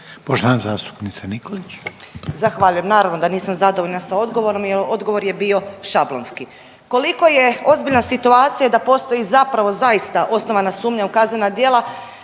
Romana (Nezavisni)** Zahvaljujem. Naravno da nisam zadovoljna sa odgovorom jel odgovor je bio šablonski. Koliko je ozbiljna situacija da postoji zapravo zaista osnovana sumnja u kaznena djela